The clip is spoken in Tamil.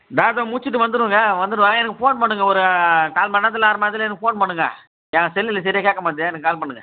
தா இதோ முடிச்சுட்டு வந்துடுவேங்க வந்துடுவேன் எனக்கு ஃபோன் பண்ணுங்க ஒரு கால் மணி நேரத்தில் அரை மணி நேரத்திலே எனக்கு ஃபோன் பண்ணுங்கள் என் செல்லில் சரியாக கேட்க மாட்டேது எனக்கு கால் பண்ணுங்கள்